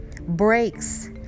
Breaks